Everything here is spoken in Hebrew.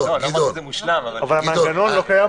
לא אמרתי שזו מושלם אבל העתקנו משהו